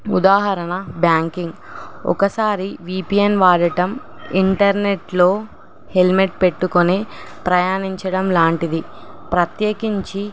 ఉదాహరణ బ్యాంకింగ్ ఒకసారి విపిఎన్ వాడటం ఇంటర్నెట్లో హెల్మెట్ పెట్టుకొని ప్రయాణించడం లాంటిది ప్రత్యేకించి